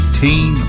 teen